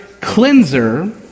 cleanser